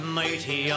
mighty